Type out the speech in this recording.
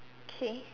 okay